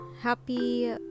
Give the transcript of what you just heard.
happy